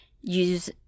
use